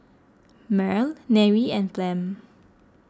Merl Nery and Flem